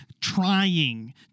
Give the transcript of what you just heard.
trying